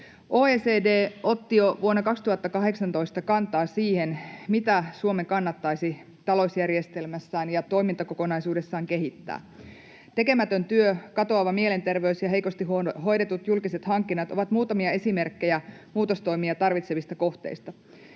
OECD otti jo vuonna 2018 kantaa siihen, mitä Suomen kannattaisi talousjärjestelmässään ja toimintakokonaisuudessaan kehittää. Tekemätön työ, katoava mielenterveys ja heikosti hoidetut julkiset hankinnat ovat muutamia esimerkkejä muutostoimia tarvitsevista kohteista.